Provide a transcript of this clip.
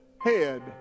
head